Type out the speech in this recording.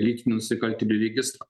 lytinių nusikaltėlių registro